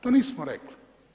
To nismo rekli.